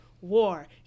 war